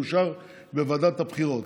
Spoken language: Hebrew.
יאושר בוועדת הבחירות.